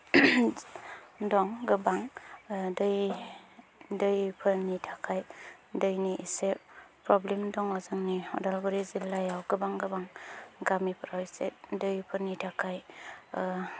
दं गोबां दै दैफोरनि थाखाय दैनि इसे प्रब्लेम दङ जोंनि उदालगुरि जिल्लायाव गोबां गामिफोराव एसे दैफोरनि थाखाय